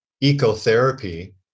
eco-therapy